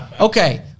Okay